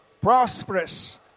prosperous